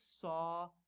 saw